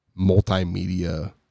multimedia